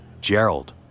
Gerald